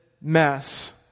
mess